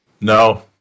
No